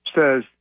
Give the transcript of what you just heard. says